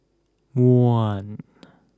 one